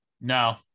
No